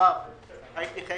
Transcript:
הייתי חלק